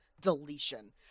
deletion